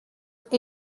with